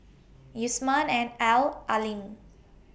Yusman and Al